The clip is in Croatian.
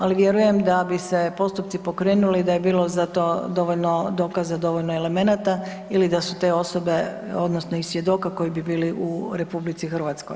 Ali vjerujem da bi se postupci pokrenuli da je bilo za to dovoljno dokaza, dovoljno elemenata ili da su te osobe odnosno i svjedoka koji bi bili u RH.